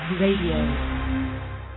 radio